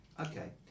Okay